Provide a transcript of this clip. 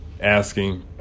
asking